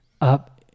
up